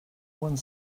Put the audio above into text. one